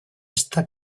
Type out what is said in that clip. esa